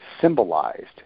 symbolized